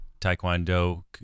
Taekwondo